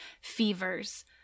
fevers